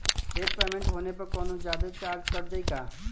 Late payment होला पर कौनोजादे चार्ज कट जायी का?